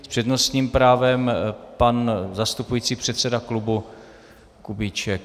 S přednostním právem pan zastupující předseda klubu Kubíček.